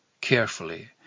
carefully